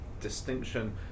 distinction